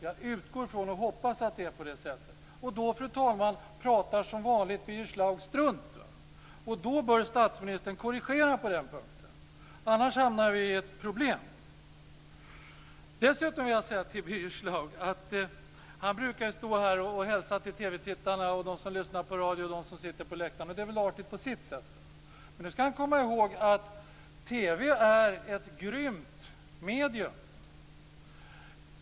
Jag utgår från och hoppas att det är på det sättet. Då, fru talman, pratar som vanligt Birger Schlaug strunt. Då bör statsministern korrigera på den punkten, annars hamnar vi i ett problem. Birger Schlaug brukar stå här och hälsa till TV tittarna, radiolyssnarna och dem som sitter på läktaren. Det är val artigt på sitt sätt. Men han skall komma ihåg att TV är ett grymt medium.